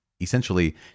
essentially